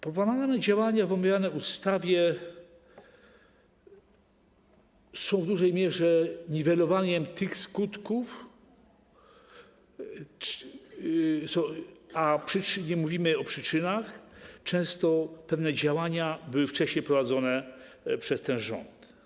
Proponowane działania w omawianej ustawie są w dużej mierze niwelowaniem tych skutków, nie mówimy o przyczynach, a często pewne działania były wcześniej prowadzone przez ten rząd.